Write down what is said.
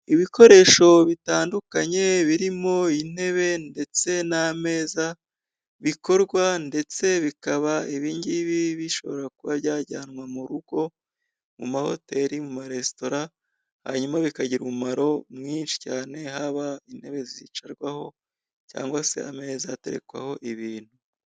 Ibikoresho bitandukanye birimo intebe ndetse n'amezaza, bikorwa ndetse bikaba ibingibi bishobora kuba byajyanwa mu rugo, mu mahoteli, mu maresitora, hanyuma bikagira umumaro mwinshi cyane, haba intebe zicarwaho cyangwa se ameza aterekwaho ibintu.